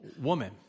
woman